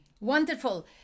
Wonderful